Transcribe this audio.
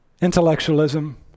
intellectualism